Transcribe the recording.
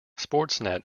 sportsnet